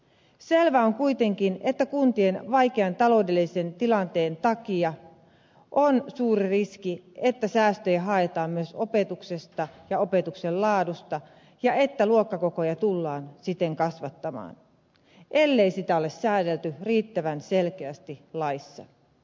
selvää on kuitenkin että kuntien vaikean taloudellisen tilanteen takia on suuri riski että säästöjä haetaan myös opetuksesta ja opetuksen laadusta ja että luokkakokoja tullaan siten kasvattamaan ellei sitä ole säädelty riittävän selkeästi laissa